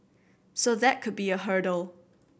so that could be a hurdle